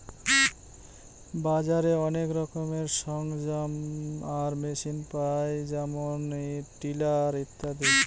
বাজারে অনেক রকমের সরঞ্জাম আর মেশিন পায় যেমন টিলার ইত্যাদি